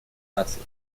наций